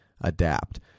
adapt